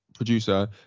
Producer